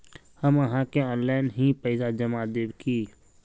हम आहाँ के ऑनलाइन ही पैसा जमा देब की?